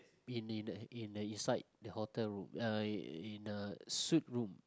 in in in the east side the hotel room uh in the suite room